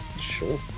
Sure